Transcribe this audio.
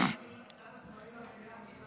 הצד השמאלי למליאה נמצא לימינך.